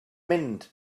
mynd